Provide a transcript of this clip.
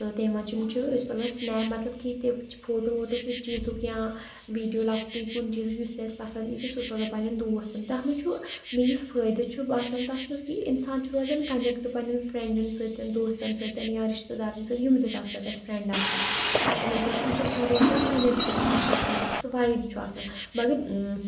تہٕ تٔمۍ منٛز یِم چھِ أسۍ تُلان سنیپ مطلب کینٛہہ تہِ چھِ فوٹو ووٹو کُنہِ چیٖزُک یا ویٖڈیو لۄکٹُے کُنہِ چیٖزُک یُس تہِ اَسہِ پَسنٛد یی تہٕ سُہ سوزان پنٛنٮ۪ن دوستَن تَتھ منٛز چھُ مےٚ یُس فٲیِدٕ چھُ باسان تَتھ منٛز کہِ اِنسان چھُ روزان کَنیکٹ پنٛنٮ۪ن فرٛینٛڈَن سۭتۍ دوستَن سۭتۍ یا رِشتہٕ دارَن سۭتۍ یِم تہِ تَتھ پٮ۪ٹھ اَسہِ فرٛینٛڈ آسان تِمَن سۭتۍ چھُ اِنسان روزان کَنیکٹ اَکہِ قٕسمُک سُہ وایِب چھُ آسان مگر